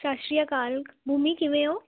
ਸਤਿ ਸ਼੍ਰੀ ਅਕਾਲ ਬੂਮੀ ਕਿਵੇਂ ਹੋ